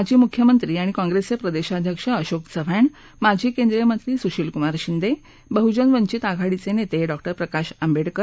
माजी मुख्यमद्वी आणि काँग्रेसचे प्रदेशाध्यक्ष अशोक चव्हाण माजी केंद्रीय मध्तीसूशिलकुमार शिद्दबहुजन वश्वित आघाडीचे नेते डॉ प्रकाश आध्डिकर